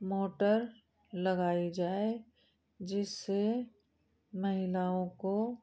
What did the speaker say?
motor लगाई जाए जिससे महिलाओं को